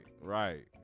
right